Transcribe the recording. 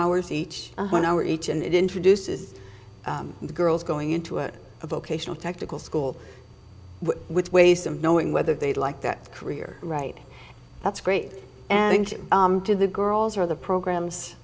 hours each one hour each and it introduces the girls going into it a vocational technical school which ways of knowing whether they'd like that career right that's great and to the girls or the programs